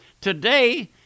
today